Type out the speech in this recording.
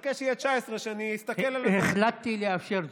אחכה שיהיה 19, שאני אסתכל על, החלטתי לאפשר זאת.